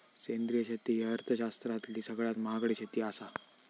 सेंद्रिय शेती ही अर्थशास्त्रातली सगळ्यात महागडी शेती आसा